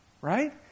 right